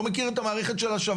אני לא מכיר את המערכת של השב"ס,